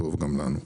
טוב גם לנו.